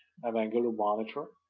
um and go to monitor,